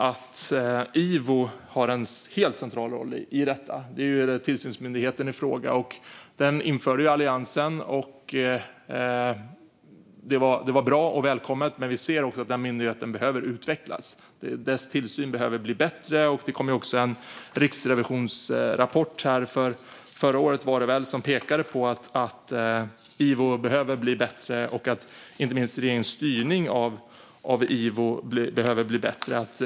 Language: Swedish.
IVO har också en helt central roll i detta. Det var Alliansen som införde den tillsynsmyndigheten. Det var bra och välkommet. Men myndigheten behöver utvecklas. Dess tillsyn behöver bli bättre. Det kom en rapport förra året från Riksrevisionen, där man också pekade på att IVO och inte minst regeringens styrning av IVO behöver bli bättre.